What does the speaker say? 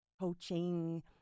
coaching